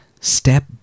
step